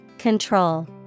Control